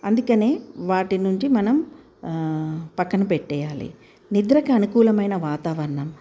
అందుకనే వాటి నుండి మనం పక్కన పెట్టేయాలి నిద్రకి అనుకూలమైన వాతావరణం